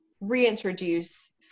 reintroduce